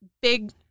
big